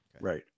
Right